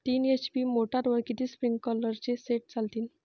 तीन एच.पी मोटरवर किती स्प्रिंकलरचे सेट चालतीन?